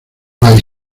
las